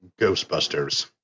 Ghostbusters